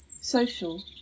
social